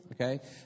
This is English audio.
Okay